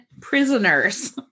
prisoners